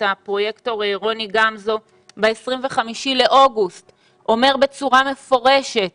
הפרויקטור רוני גמזו ב-25 באוגוסט אומר בצורה מפורשת